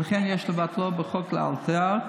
ולכן יש לבטלו בחוק לאלתר,